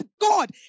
God